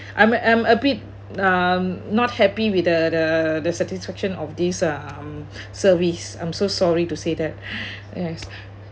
I'm a I'm a bit um not happy with the the satisfaction of this um service I'm so sorry to say that yes